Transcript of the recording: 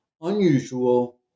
Unusual